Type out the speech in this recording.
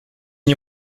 nie